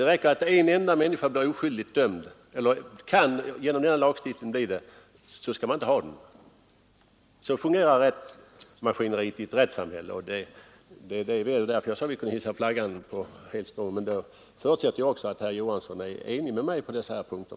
Det räcker att en enda människa blir eller kan bli oskyldigt dömd med stöd av en viss lag därför att lagens utformning direkt inbjuder till det — då skall man inte ha den. Så fungerar rättsmaskineriet i ett rättssamhälle. Det var därför jag sade att vi kunde hissa flaggan helt, men då förutsätter jag också att herr Johansson och utskottet är eniga med mig på dessa punkter.